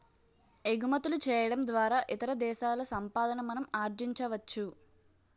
ఎగుమతులు చేయడం ద్వారా ఇతర దేశాల సంపాదన మనం ఆర్జించవచ్చు